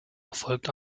erfolgt